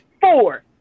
four